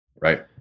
Right